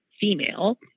female